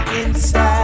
inside